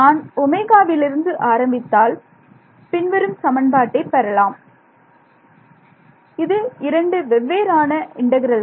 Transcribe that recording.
நான் ஒமேகாவிலிருந்து ஆரம்பித்தால் இது இரண்டு வெவ்வேறான இன்டெக்ரல்கள்